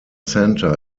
center